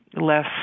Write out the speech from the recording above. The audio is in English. less